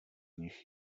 nich